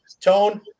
Tone